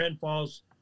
Falls